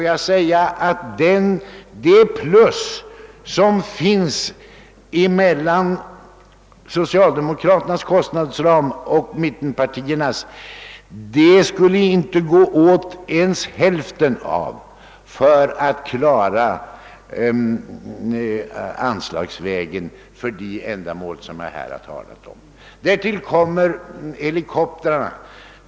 Jag anser att skillnaden mellan den av socialdemokraterna föreslagna kostnadsramen och den som mittenpartierna föreslagit inte skulle behöva utnyttjas ens till hälften för att vi anslagsvägen skall klara de uppgifter jag här har talat om. Jag vill också beröra frågan om helikoptrarna.